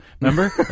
Remember